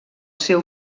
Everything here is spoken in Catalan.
seu